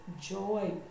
joy